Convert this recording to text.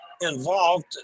involved